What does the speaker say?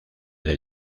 del